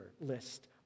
list